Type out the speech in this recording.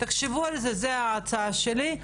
תחשבו על זה, זו ההצעה שלי.